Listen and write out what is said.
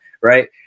right